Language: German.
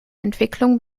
entwicklung